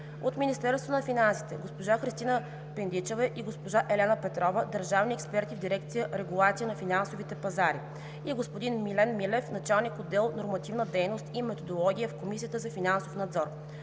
от Министерството на финансите: госпожа Христина Пендичева и госпожа Елена Петрова – държавни експерти в дирекция „Регулация на финансовите пазари“, и господин Милен Милев – началник-отдел „Нормативна дейност и методология“ в Комисията за финансов надзор.